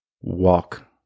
walk